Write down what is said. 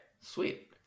Sweet